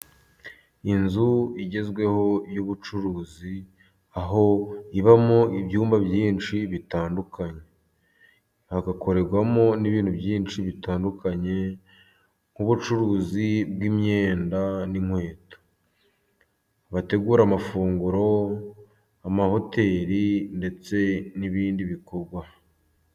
Inzu igezweho y'ubucuruzi, aho ibamo ibyumba byinshi bitandukanye, hagakorerwamo n'ibintu byinshi bitandukanye nk'ubucuruzi bw'imyenda n'inkweto, abategura amafunguro, amahoteli ndetse n'ibindi bikorwa.